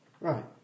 right